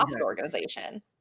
organization